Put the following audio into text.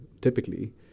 typically